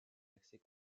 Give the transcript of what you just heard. accès